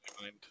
mind